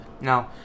No